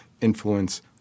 influence